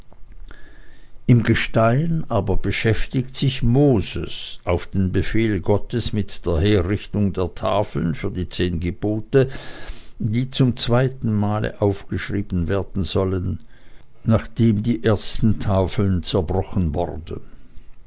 im gestein aber beschäftigt sich moses auf den befehl gottes mit der herrichtung der tafeln für die zehn gebote die zum zweiten male aufgeschrieben werden sollen nachdem die ersten tafeln zerbrochen worden